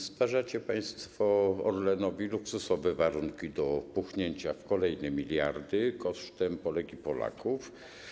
Stwarzacie państwo Orlenowi luksusowe warunki do puchnięcia w kolejne miliardy kosztem Polek i Polaków.